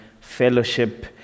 fellowship